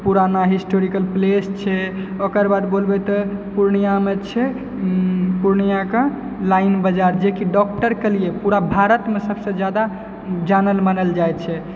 पुराना historical place छै ओकर बाद बोलबै तऽ पुर्णियामे छै पुर्णिया के लाइन बाजार जेकि डॉक्टरके लिए पुरा भारतमे सबसे जादा जानल मानल जाइ छै